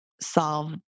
solve